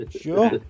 Sure